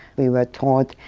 we were taught,